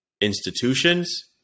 institutions